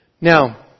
Now